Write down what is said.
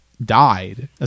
died